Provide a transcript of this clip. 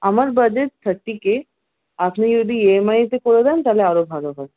আমার budget thirty K আপনি যদি ইএমআইতে করে দেন তাহলে আরও ভালো হয়